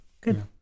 good